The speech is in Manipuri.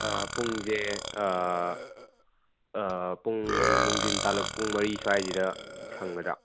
ꯄꯨꯡꯁꯦ ꯄꯨꯡ ꯅꯨꯡꯙꯤꯟ ꯇꯥꯂꯛ ꯄꯨꯡ ꯃꯔꯤ ꯁ꯭ꯋꯥꯏꯁꯤꯗ ꯁꯪꯒꯗ꯭ꯔꯥ